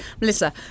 Melissa